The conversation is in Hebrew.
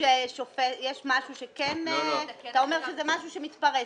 אתה אומר שזה משהו שמתפרס.